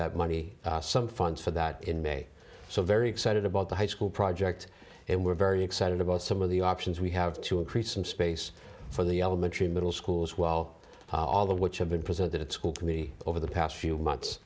that money some funds for that in may so very excited about the high school project and we're very excited about some of the options we have to increase in space from the elementary middle schools well all the which have been presented at school in the over the past few months